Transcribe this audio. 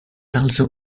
also